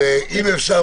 אם אפשר,